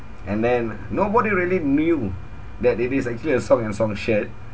and then nobody really knew that it is actually a song and song shirt